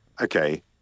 okay